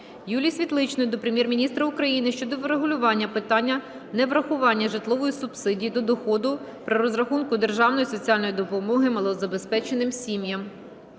Юлії Світличної до Прем'єр-міністра України щодо врегулювання питання неврахування житлової субсидії до доходу при розрахунку державної соціальної допомоги малозабезпеченим сім'ям.